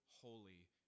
holy